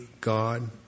God